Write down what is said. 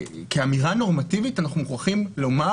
שכאמירה נורמטיבית אנחנו מוכרחים לומר,